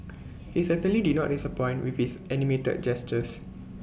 he certainly did not disappoint with his animated gestures